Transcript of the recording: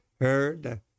heard